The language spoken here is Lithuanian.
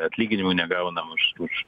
atlyginimų negaunam už už